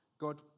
God